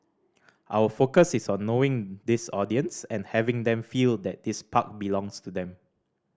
our focus is on knowing this audience and having them feel that this park belongs to them